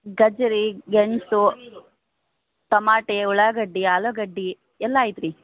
ಗಜ್ಜರಿ ಗೆಣಸು ಟೊಮಾಟಿ ಉಳ್ಳಾಗಡ್ಡೆ ಆಲೂಗಡ್ಡೆ ಎಲ್ಲ ಐತೆ ರೀ